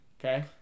Okay